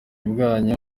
bwanyu